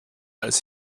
als